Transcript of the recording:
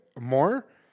more